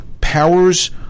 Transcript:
powers